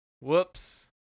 Whoops